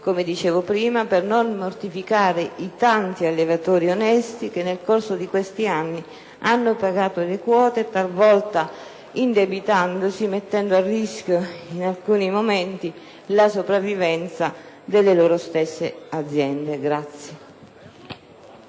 come dicevo prima, per non mortificare i tanti allevatori onesti che nel corso di questi anni hanno pagato le quote, talvolta indebitandosi, e mettendo a rischio, in alcuni momenti, la sopravvivenza delle loro stesse aziende.